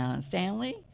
Stanley